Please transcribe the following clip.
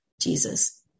Jesus